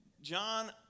John